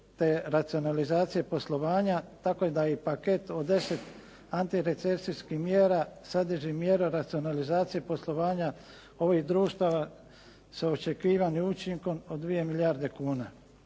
racionalizacije poslovanje, tako da i paket od 10 antirecesijskih mjera sadrži mjere racionalizacije poslovanja ovih društava sa očekivanim učinkom od 2 milijarde kuna.